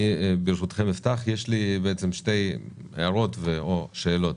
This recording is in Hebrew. ברשותכם אפתח, יש לי שתי הערות או שאלות: